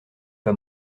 pas